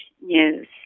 news